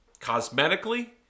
cosmetically